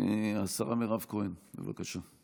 השרה מירב כהן, בבקשה.